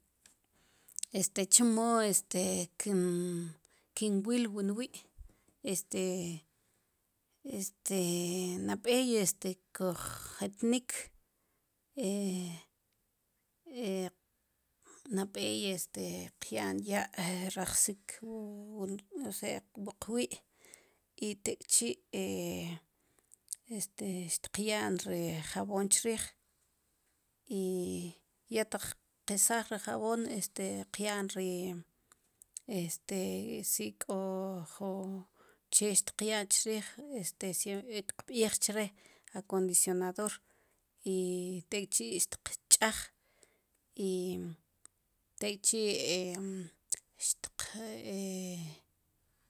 Este chemo este kin kin wil wu nwi' este este nab'ey este kojetnik' nab'ey este qya'n ya' rajxik wu wu qwi' i tek' chi' este xtqya'n ri jabon chriij i ya taq qesaaj ri jabon tqyan ri este si k'o ju che xtiqya'n chriij este siempr tikb'iij chre' acondicionador i tek'chi xteqch'aj i tek'chi xteq'